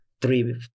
three